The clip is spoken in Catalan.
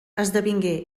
esdevingué